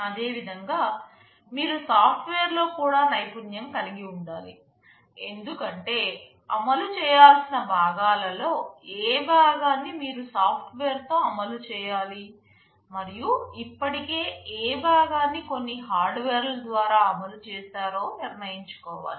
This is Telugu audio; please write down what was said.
అదేవిధంగా మీరు సాఫ్ట్వేర్లో కూడా నైపుణ్యం కలిగి ఉండాలి ఎందుకంటే అమలు చేయాల్సిన భాగాలలో ఏ భాగాన్నిమీరు సాఫ్ట్వేర్తో అమలు చేయాలి మరియు ఇప్పటికే ఏ భాగాన్నికొన్ని హార్డ్వేర్ల ద్వారా అమలు చేశారో నిర్ణయించుకోవాలి